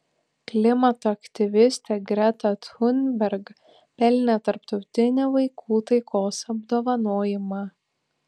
klimato aktyvistė greta thunberg pelnė tarptautinį vaikų taikos apdovanojimą